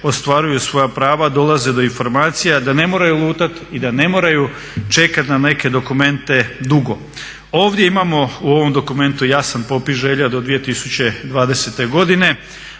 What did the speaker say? ostvaruju svoja prava, dolaze do informacija, da ne moraju lutati i da ne moraju čekati na neke dokumente dugo. Ovdje imamo u ovom dokumentu jasan popis želja do 2020. godine.